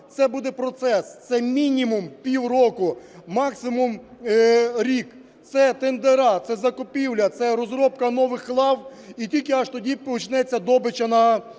це буде процес, це мінімум – пів року, максимум - рік. Це тендера, це закупівля, це розробка нових лав, і тільки аж тоді почнеться добича